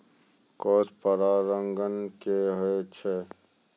Cross परागण की होय छै?